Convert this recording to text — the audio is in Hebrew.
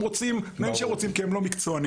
רוצים ואיך שהם רוצים כי הם לא מקצוענים.